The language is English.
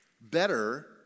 better